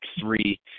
three